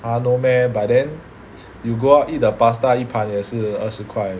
!huh! no meh but then you go out eat the pasta 一盘也是二十块